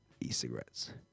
e-cigarettes